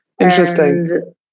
Interesting